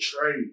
trade